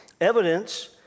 Evidence